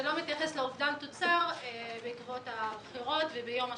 זה לא מתייחס לאובדן תוצר בעקבות הבחירות וביום השבתון.